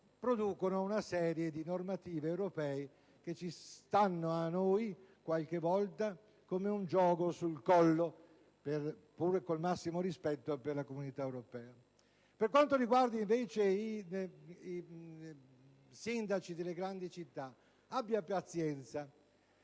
producono una serie di normative europee che stanno a noi, qualche volta, come un giogo sul collo, col massimo rispetto per l'Unione europea. Per quanto riguarda invece i sindaci delle grandi città, abbia pazienza: